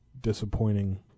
disappointing